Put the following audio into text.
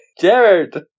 Jared